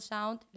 Sound